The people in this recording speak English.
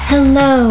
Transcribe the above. Hello